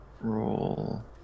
Roll